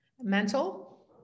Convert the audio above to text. mental